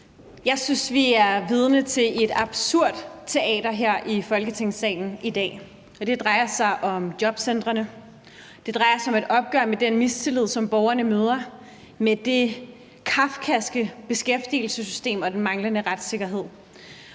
Jeg synes, vi er vidne til et absurd teater her i Folketingssalen i dag. Og det drejer sig om jobcentrene; det drejer sig om et opgør med den mistillid, som borgerne møder med det kafkaske beskæftigelsessystem og den manglende retssikkerhed.